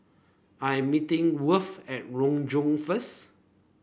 I am meeting Worth at Renjong first